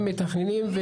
הם מתכננים.